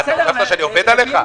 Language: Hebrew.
חשבת שאני עובד עליך?